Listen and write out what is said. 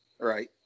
right